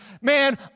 man